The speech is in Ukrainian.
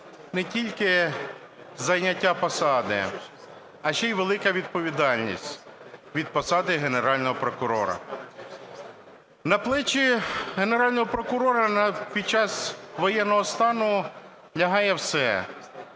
не тільки зайняття посади, а ще і велика відповідальність від посади Генерального прокурора. На плечі Генерального прокурора, під час воєнного стану, лягає все: